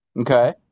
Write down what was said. Okay